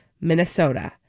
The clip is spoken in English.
Minnesota